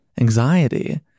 anxiety